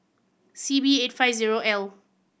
C B eight five zero L